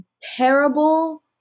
terrible